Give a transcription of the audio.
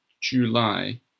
July